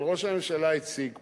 אבל ראש הממשלה הציג פה,